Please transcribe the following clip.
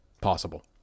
Possible